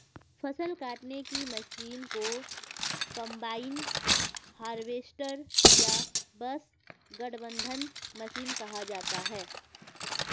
फ़सल काटने की मशीन को कंबाइन हार्वेस्टर या बस गठबंधन मशीन कहा जाता है